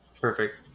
Perfect